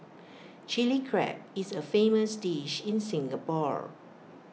Chilli Crab is A famous dish in Singapore